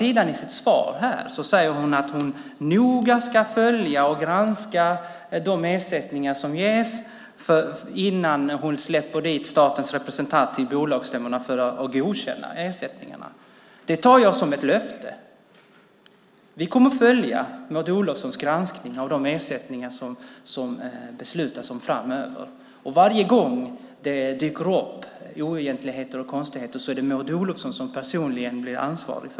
I sitt svar här säger hon att hon noga ska följa och granska de ersättningar som ges innan hon släpper dit statens representanter till bolagsstämmorna för att godkänna dem. Det tar jag som ett löfte. Vi kommer att följa Maud Olofsson granskning av de ersättningar som beslutas om framöver. Varje gång det dyker upp oegentligheter och konstigheter är det Maud Olofsson som personligen blir ansvarig.